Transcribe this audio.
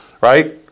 right